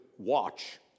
Watch